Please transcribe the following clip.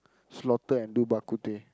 slaughter and do bak kut teh